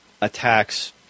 attacks